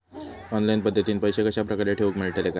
Online पद्धतीन पैसे कश्या प्रकारे ठेऊक मेळतले काय?